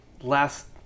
last